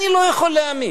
אני לא יכול להאמין,